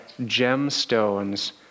gemstones